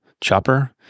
Chopper